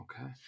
Okay